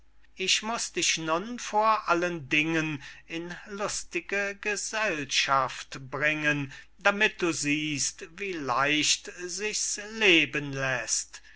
ich muß dich nun vor allen dingen in lustige gesellschaft bringen damit du siehst wie leicht sich's leben läßt